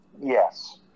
Yes